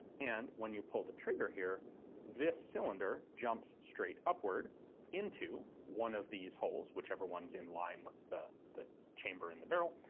and when you pull the trigger here this cylinder jumps straight upward into one of these holes, whichever one's in line with the the chamber in the barrel.